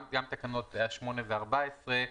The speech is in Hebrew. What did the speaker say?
גם תקנות 8 ו-14,